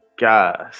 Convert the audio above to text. Guys